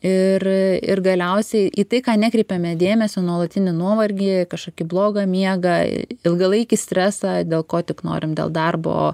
ir ir galiausiai į tai ką nekreipiame dėmesio nuolatinį nuovargį kažkokį blogą miegą ilgalaikį stresą dėl ko tik norim dėl darbo